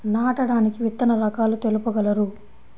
నాటడానికి విత్తన రకాలు తెలుపగలరు?